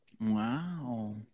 Wow